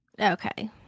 Okay